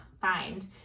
find